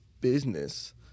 business